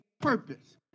purpose